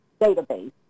database